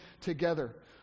together